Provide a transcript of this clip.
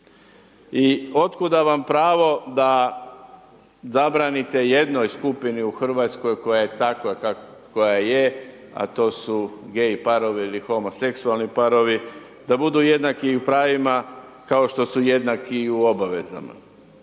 I od kuda vam pravo da zabranite jednoj skupini u Hrvatskoj koja je takva kakva je, a to su gay parovi ili homoseksualni parovi, da budu jednaki i u pravima, kao što su jednaki i u obavezama.